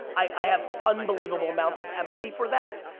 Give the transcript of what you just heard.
i have unbelievable amounts of empathy for that.